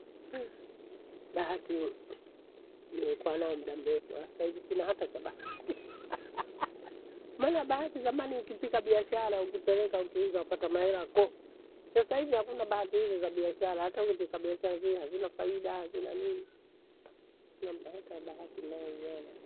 bahati hiyo nikikuwa nayo muda mrefu hasaivi sina hata cha bahati. Maana bahati zamani ukipika biashara ukipeleka ukiuza wapata maela kho! Sasa hivi hakuna bahati hizo za biashara, hata huyo kukamilisha zio hazina faida hazina nini, sina hata bahati ninayoiona.